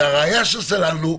והראיה שסללנו,